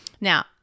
Now